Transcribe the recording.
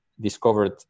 discovered